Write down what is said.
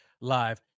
live